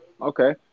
Okay